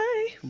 Bye